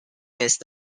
missed